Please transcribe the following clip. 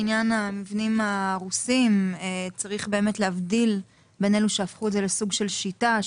לעניין המבנים ההרוסים: צריך להבדיל בין אלה שהפכו את זה לסוג של שיטה,